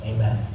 Amen